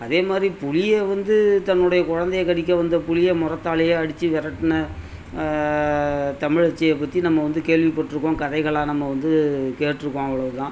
அதே மாதிரி புலியை வந்து தன்னுடைய குழந்தைய கடிக்க வந்த புலியை முறத்தாலையே அடிச்சு விரட்ன தமிழச்சியைப் பற்றி நம்ம வந்து கேள்விப்பட்டுருப்போம் கதைகளாக நம்ம வந்து கேட்டுருக்கோம் அவ்வளோ தான்